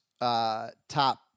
Top